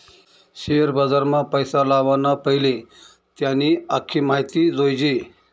share बजारमा पैसा लावाना पैले त्यानी आख्खी माहिती जोयजे